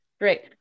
Great